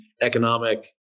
economic